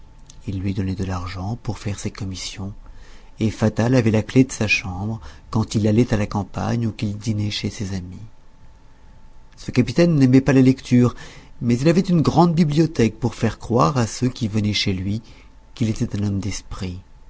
il lui donnait de l'argent pour faire ses commissions et fatal avait la clef de sa chambre quand il allait à la campagne ou qu'il dînait chez ses amis ce capitaine n'aimait pas la lecture mais il avait une grande bibliothèque pour faire croire à ceux qui venaient chez lui qu'il était un homme d'esprit